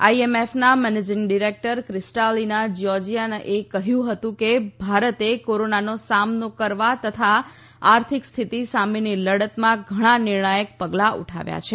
આઇએમએફના managing director Kristalina જીયોજીઆ એ કહ્યું કે ભારતે કોરોનાનો સામનો કરવા તથા આર્થિક સ્થિતિ સામેની લડતમાં ઘણા નિર્ણાયક પગલા ઉઠાવ્યા છે